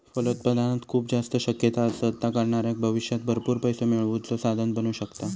फलोत्पादनात खूप जास्त शक्यता असत, ता करणाऱ्याक भविष्यात भरपूर पैसो मिळवुचा साधन बनू शकता